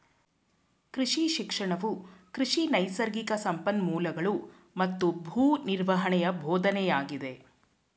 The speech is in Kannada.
ಕೃಷಿ ಶಿಕ್ಷಣವು ಕೃಷಿ ನೈಸರ್ಗಿಕ ಸಂಪನ್ಮೂಲಗಳೂ ಮತ್ತು ಭೂ ನಿರ್ವಹಣೆಯ ಬೋಧನೆಯಾಗಿದೆ